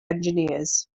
engineers